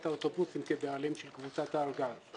האוטובוסים כבעלים של קבוצת "הארגז",